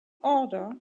order